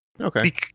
Okay